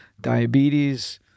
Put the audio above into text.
diabetes